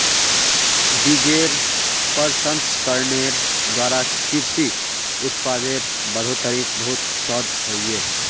बिजेर प्रसंस्करनेर द्वारा कृषि उत्पादेर बढ़ोतरीत बहुत शोध होइए